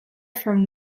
from